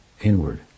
inward